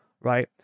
right